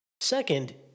Second